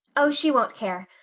oh, she won't care.